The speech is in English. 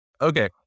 Okay